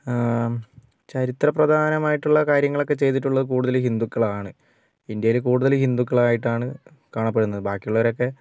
ചരിത്ര പ്രധനമായിട്ടുള്ള കാര്യങ്ങൾ ഒക്കെ ചെയ്തിട്ടുള്ളത് കൂടുതലും ഹിന്ദുക്കളാണ് ഇന്ത്യയിൽ കൂടുതൽ ഹിന്ദുക്കൾ ആയിട്ടാണ് കാണപ്പെടുന്നത് ബാക്കി ഉള്ളവരൊക്കെ